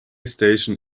station